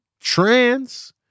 trans